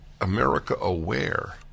America-aware